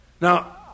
Now